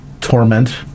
torment